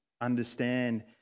understand